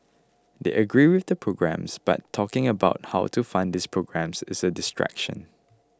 they agree with the programmes but talking about how to fund these programmes is a distraction